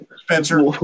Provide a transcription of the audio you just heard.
Spencer